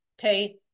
Okay